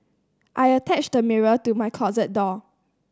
I attached a mirror to my closet door